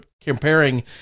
comparing